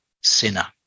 sinner